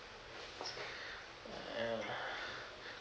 uh